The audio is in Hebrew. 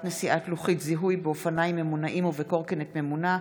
נשיאת לוחית זיהוי באופניים ממונעים ובקורקינט ממונע),